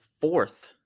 fourth